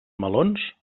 melons